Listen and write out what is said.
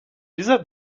dieser